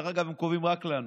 הם קובעים רק לנו,